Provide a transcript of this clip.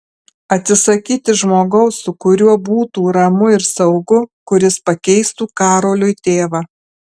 atsisakyti žmogaus su kuriuo būtų ramu ir saugu kuris pakeistų karoliui tėvą